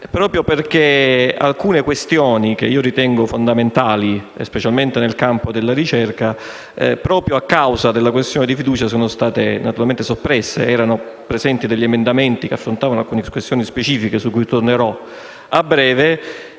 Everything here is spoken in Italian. proprio perché alcune questioni, che io ritengo fondamentali specialmente nel campo della ricerca, proprio a causa della questione di fiducia sono state soppresse. Erano presenti, ad esempio, degli emendamenti che affrontavano alcune questioni specifiche, su cui tornerò a breve.